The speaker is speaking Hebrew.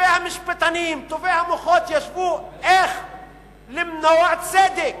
טובי המשפטנים, טובי המוחות ישבו איך למנוע צדק.